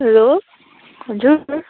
hello हजुर